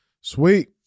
Sweet